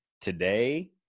today